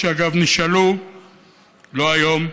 פשוטות, שאגב, נשאלו לא היום.